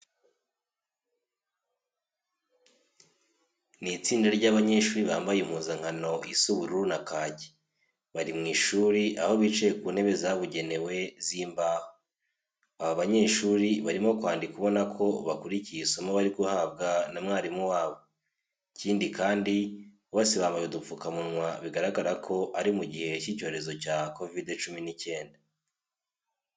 Ni itsinda ry'abanyeshuri bambaye impuzankano isa ubururu na kake, bari mu ishuri aho bicaye ku ntebe zabugenewe z'imbaho. Aba banyeshuri barimo kwandika ubona ko bakurikiye isomo bari guhabwa na mwarimu wabo. Ikindi kandi, bose bambaye udupfukamunwa bigaragara ko ari mu gihe cy'icyorezo cya kovide cumi n'icyenda.